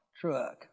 truck